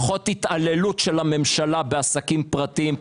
פחות התעללות של הממשלה בעסקים פרטיים,